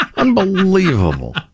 Unbelievable